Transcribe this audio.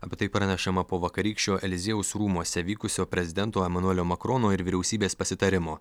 apie tai pranešama po vakarykščio eliziejaus rūmuose vykusio prezidento emanuelio makrono ir vyriausybės pasitarimo